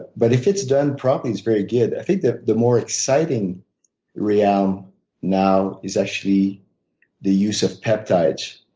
but if it's done properly, it's very good. i think the the more exciting realm now is actually the use of peptides.